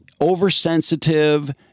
oversensitive